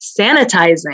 sanitizing